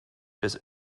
des